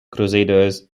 crusaders